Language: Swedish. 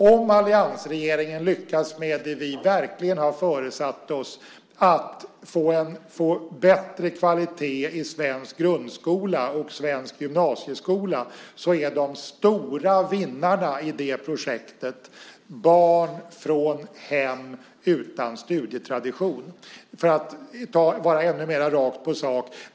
Om alliansregeringen lyckas med det vi verkligen har föresatt oss, att få bättre kvalitet i svensk grundskola och gymnasieskola, är de stora vinnarna i det projektet barn från hem utan studietradition. Låt mig vara ännu mer rakt på sak.